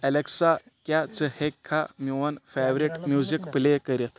Alexa کیاہ ژٕ ہیکھا میون فیورٹ میوٗزِک پلے کٔرِتھ